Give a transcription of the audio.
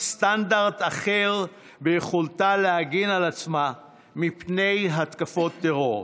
סטנדרט אחר ביכולתה להגן על עצמה מפני התקפות טרור,